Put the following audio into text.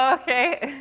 ah okay.